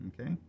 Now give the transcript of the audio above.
Okay